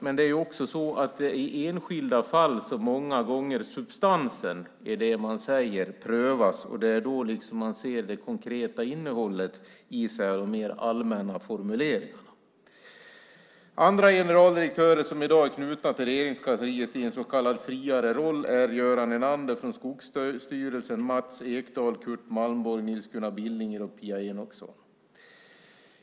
Men det är många gånger i enskilda fall som substansen i det man säger prövas. Det är då man ser det konkreta innehållet i de mer allmänna formuleringarna. Andra generaldirektörer som i dag är knutna till Regeringskansliet i en så kallad friare roll är Göran Enander från Skogsstyrelsen, Mats Ekdahl, Curt Malmborg, Nils Gunnar Billinger och Pia Enochsson.